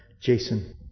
Jason